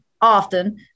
often